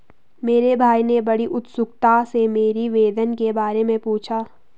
मेरे भाई ने बड़ी उत्सुकता से मेरी वेतन के बारे मे पूछा